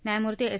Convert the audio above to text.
न्यायमूर्ती एस